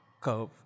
curve